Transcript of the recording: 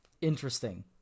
interesting